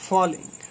Falling